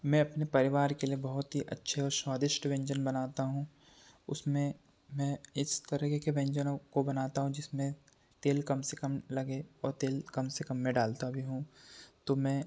मैं अपने परिवार के लिए बहोत ही अच्छे और स्वादिष्ट व्यंजन बनाता हूँ उसमें मैं इस तरीके के व्यंजनों को बनाता हूँ जिसमें तेल कम से कम लगे और तेल कम से कम मैं डालता भी हूँ तो मैं